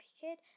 Kid